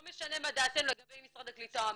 לא משנה מה דעתנו לגבי משרד הקליטה או המל"ג.